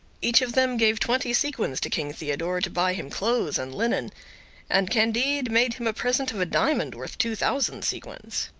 each of them gave twenty sequins to king theodore to buy him clothes and linen and candide made him a present of a diamond worth two thousand sequins.